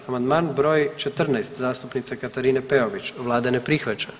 Amandman br. 14 zastupnice Katarine Peović, Vlada ne prihvaća.